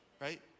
right